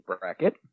bracket